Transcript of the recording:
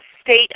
state